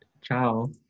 Ciao